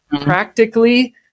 practically